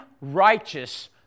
righteous